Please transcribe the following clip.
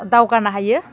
दावगानो हायो